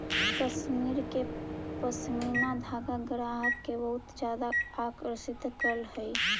कश्मीर के पशमीना धागा ग्राहक के बहुत ज्यादा आकर्षित करऽ हइ